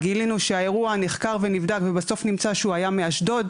קרה כאן אירע יותר מיממה של זיהום אוויר מטורף.